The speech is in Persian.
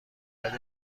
فقط